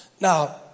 Now